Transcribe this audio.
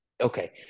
Okay